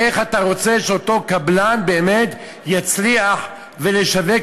איך אתה רוצה שאותו קבלן באמת יצליח לשווק